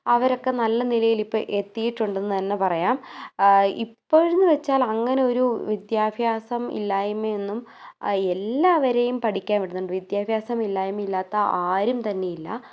അവരൊക്കെ നല്ല നിലയിൽ ഇപ്പോൾ എത്തിയിട്ടുണ്ട് എന്നു തന്നെ പറയാം ഇപ്പോഴെന്നു വെച്ചാൽ അങ്ങനെയൊരു വിദ്യാഭ്യാസം ഇല്ലായ്മയൊന്നും എല്ലാവരെയും പഠിക്കാൻ വിടുന്നുണ്ട് വിദ്യാഭ്യസം ഇല്ലായ്മ ഇല്ലാത്ത ആരും തന്നെയില്ല